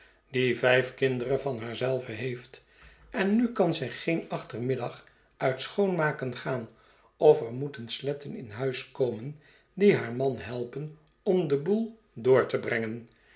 die vijf kind eren van seven dials zeven zonnewijzers haar zelve heeft en nu kan zij geen achtermiddag uit schoonmaken gaan of er rnoeten sletten in huis komen die haar man helpen om den boel door te brengen